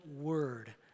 word